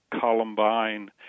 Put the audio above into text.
Columbine